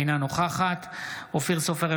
אינה נוכחת אופיר סופר,